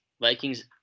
Vikings